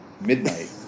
midnight